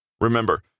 Remember